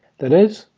that is,